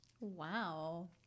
Wow